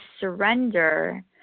surrender